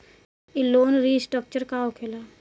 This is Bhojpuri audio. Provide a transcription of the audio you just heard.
ई लोन रीस्ट्रक्चर का होखे ला?